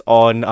on